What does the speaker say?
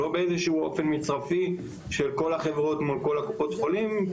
לא באיזה שהוא אופן מצרפי של כל החברות מול כל קופות החולים.